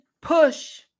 push